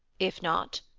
if not,